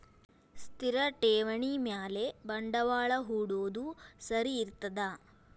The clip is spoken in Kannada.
ಸ್ಥಿರ ಠೇವಣಿ ಮ್ಯಾಲೆ ಬಂಡವಾಳಾ ಹೂಡೋದು ಸರಿ ಇರ್ತದಾ?